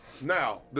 Now